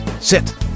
sit